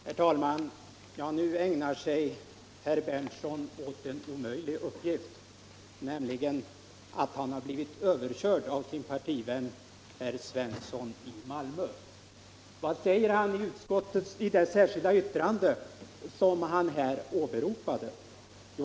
Herr talman! Nu ägnar sig herr Berndtson åt en omöjlig uppgift. Han har blivit överkörd av sin partivän herr Svensson i Malmö. Vad säger” han i det särskilda yttrande som han åberopar?